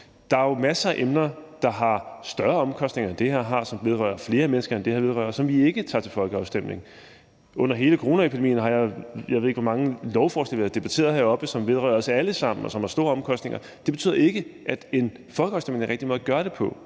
Der er jo masser af emner, der har større omkostninger, end det her har, som vedrører flere mennesker, end det her vedrører, som vi ikke tager til folkeafstemning. Under hele coronaepidemien ved jeg ikke hvor mange lovforslag vi har debatteret heroppe, som vedrører os alle sammen, og som har store omkostninger. Det betyder ikke, at en folkeafstemning er den rigtige måde at gøre det på,